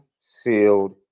sealed